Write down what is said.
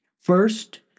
First